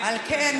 על כן,